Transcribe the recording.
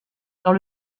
dans